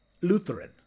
Lutheran